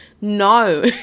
No